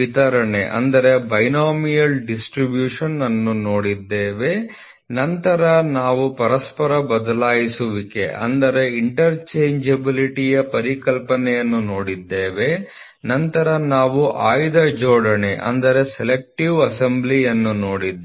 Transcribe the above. ವಿತರಣೆಯನ್ನು ನೋಡಿದ್ದೇವೆ ನಂತರ ನಾವು ಪರಸ್ಪರ ಬದಲಾಯಿಸುವಿಕೆಯ ಪರಿಕಲ್ಪನೆಯನ್ನು ನೋಡಿದ್ದೇವೆ ನಂತರ ನಾವು ಆಯ್ದ ಜೋಡಣೆಯನ್ನು ನೋಡಿದ್ದೇವೆ